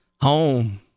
Home